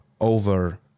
over